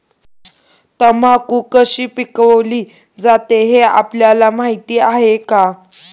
तंबाखू कशी पिकवली जाते हे आपल्याला माहीत आहे का?